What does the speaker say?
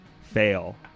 Fail